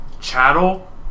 chattel